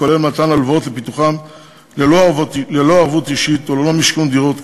כולל מתן הלוואות לפיתוחם ללא ערבות אישית וללא משכון דירות,